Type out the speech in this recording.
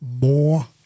more